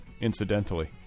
incidentally